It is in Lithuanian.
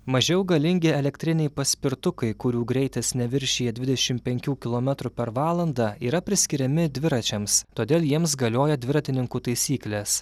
mažiau galingi elektriniai paspirtukai kurių greitis neviršija dvidešim penkių kilometrų per valandą yra priskiriami dviračiams todėl jiems galioja dviratininkų taisyklės